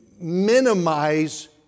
minimize